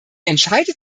entscheidet